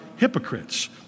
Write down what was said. hypocrites